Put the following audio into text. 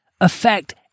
affect